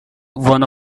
one